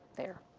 there.